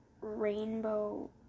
rainbow